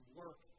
work